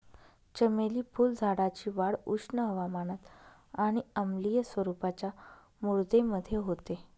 चमेली फुलझाडाची वाढ उष्ण हवामानात आणि आम्लीय स्वरूपाच्या मृदेमध्ये होते